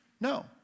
No